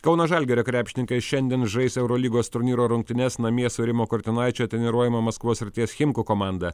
kauno žalgirio krepšininkai šiandien žais eurolygos turnyro rungtynes namie su rimo kurtinaičio treniruojama maskvos srities chimkų komanda